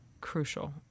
crucial